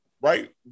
right